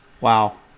Wow